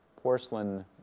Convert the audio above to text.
porcelain